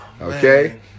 Okay